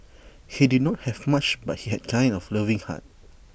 he did not have much but he had A kind of loving heart